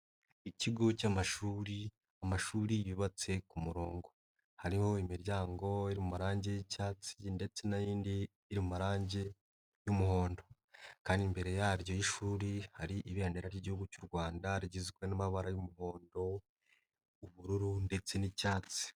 Ikigo cy'amashuri, amashuri yubatse ku murongo. Hariho imiryango mu marange y'icyatsi ndetse n'iyindi y'amarangi y'umuhondo kandi imbere yaryo y'ishuri hari ibendera ry'igihugu cy'u Rwanda rigizwe n'amabara y'umuhondo, ubururu ndetse n'icyatsi.